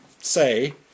say